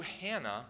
Hannah